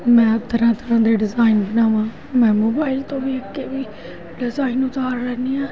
ਮੈਂ ਤਰ੍ਹਾਂ ਤਰ੍ਹਾਂ ਦੇ ਡਿਜ਼ਾਇਨ ਬਣਾਵਾਂ ਮੈਂ ਮੋਬਾਈਲ ਤੋਂ ਵੇਖ ਕੇ ਵੀ ਡਿਜ਼ਾਇਨ ਉਤਾਰ ਲੈਂਦੀ ਹਾਂ